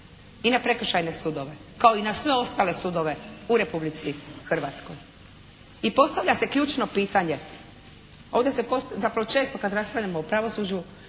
i na prekršajne sudove kao i na sve ostale sudove u Republici Hrvatskoj. I postavlja se ključno pitanje, ovdje se, zapravo često kad raspravljamo o pravosuđu